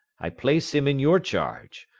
i place him in your charge,